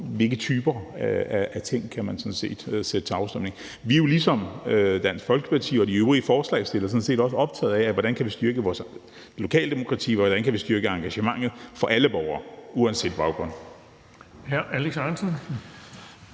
hvilke typer ting, man kan sætte til afstemning? Vi er jo ligesom Dansk Folkeparti og de øvrige forslagsstillere sådan set også optaget af, hvordan vi kan styrke vores lokaldemokrati, og hvordan vi kan styrke engagementet for alle borgere uanset baggrund.